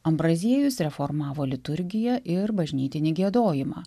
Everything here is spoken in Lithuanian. ambraziejus reformavo liturgiją ir bažnytinį giedojimą